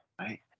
right